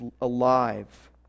alive